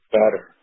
better